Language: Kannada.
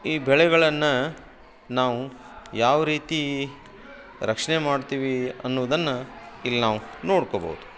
ಈ ಬೆಳೆಗಳನ್ನು ನಾವು ಯಾವ ರೀತಿ ರಕ್ಷಣೆ ಮಾಡ್ತೀವಿ ಅನ್ನೋದನ್ನ ಇಲ್ಲಿ ನಾವು ನೋಡ್ಕೊಬೋದು